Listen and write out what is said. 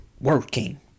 working